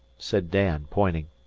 said dan, pointing.